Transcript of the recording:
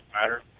matter